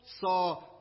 saw